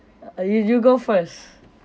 uh you you you go first